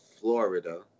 Florida